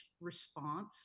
response